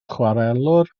chwarelwr